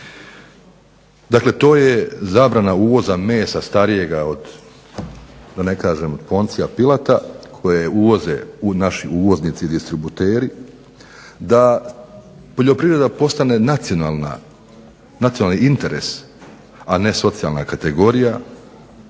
dakle to je zabrana uvoza mesa starijega od da ne kažem od Poncija Pilata koje uvoze naši uvoznici i distributeri, da poljoprivreda postane nacionalni interes, a ne socijalna kategorija.